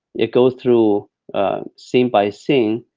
it goes through scene by scene,